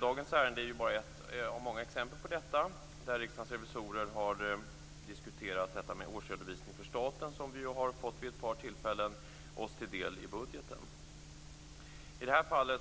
Dagens ärende är bara ett av många exempel där Riksdagens revisorer har diskuterat årsredovisning för staten, som vi vid ett par tillfällen har fått oss till del i budgeten. I det här fallet